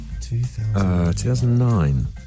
2009